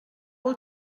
will